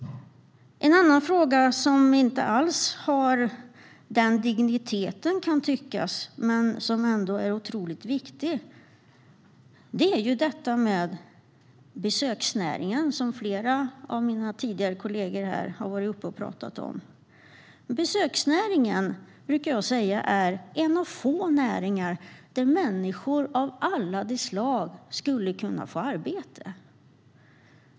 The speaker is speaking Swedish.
En annan fråga som inte alls har den digniteten, kan tyckas, men som ändå är otroligt viktig är detta med besöksnäringen som flera av mina kollegor har talat om tidigare. Besöksnäringen brukar jag säga är en av få näringar där människor av alla de slag skulle kunna få arbete.